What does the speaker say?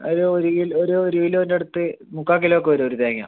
ഒര് ഒരു കിലോ ഒര് ഒരു കിലോൻ്റെ അടുത്ത് മുക്കാൽ കിലോ ഒക്കെ വരും ഒരു തേങ്ങ